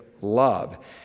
love